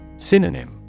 Synonym